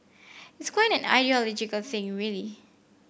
it's quite an ideological thing really